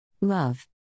Love